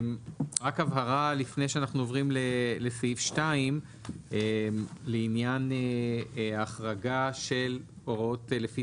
רק הבהרה לפני שאנחנו עוברים לסעיף 2 לעניין החרגה של הוראות לפי